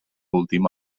últim